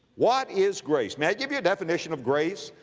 what is grace? may i give you a definition of grace?